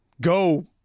go